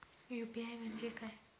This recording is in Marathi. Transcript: यू.पी.आय म्हणजे काय?